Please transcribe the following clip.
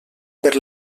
per